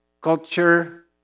culture